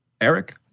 Eric